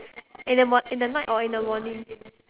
in the morn~ in the night or in the morning